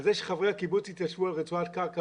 על כך שחברי הקיבוץ התיישבו על רצועת קרקע